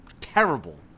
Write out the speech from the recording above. terrible